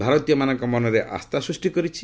ଭାରତୀୟମାନଙ୍କ ମନରେ ଆସ୍ଥା ସୂଷ୍ଟି କରିଛି